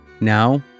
Now